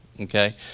Okay